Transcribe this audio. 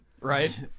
Right